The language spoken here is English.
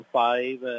five